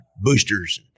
boosters